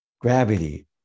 gravity